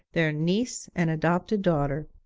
their niece and adopted daughter.